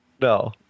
No